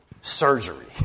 surgery